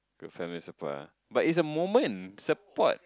good family support ah but it's a moment support